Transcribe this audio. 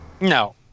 No